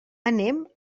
anem